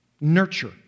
nurture